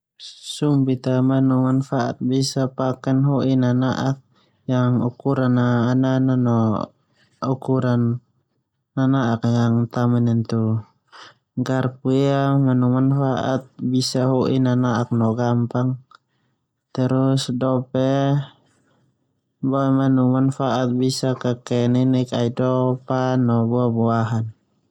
Sumpit ia manu manfaat bisa paken ho'i nana'ak yang ukuran a anana no ukuran nana'ak a ta menenru. Garpu ia manu manfaat hoi nana'ak no gampang. Dope ia boe manu manfaat bisa kekee ninik aidoo, pa no buah-buahan.